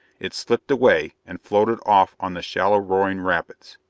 it slipped away and floated off on the shallow, roaring rapids.